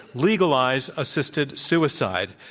legalize assisted suicide.